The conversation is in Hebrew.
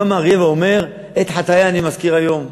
קם האריה ואומר: את חטאי אני מזכיר היום.